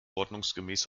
ordnungsgemäß